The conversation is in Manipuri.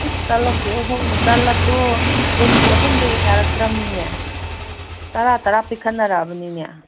ꯏꯁ ꯇꯂꯞꯀꯤ ꯑꯍꯨꯝ ꯇꯂꯞꯇꯣ ꯀꯨꯟꯒꯤ ꯑꯍꯨꯝꯗꯨ ꯌꯥꯔꯛꯇ꯭ꯔꯃꯤꯅꯦ ꯇꯔꯥ ꯇꯔꯥ ꯄꯤꯈꯠꯅꯔꯛꯑꯕꯅꯤꯅꯦ